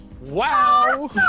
Wow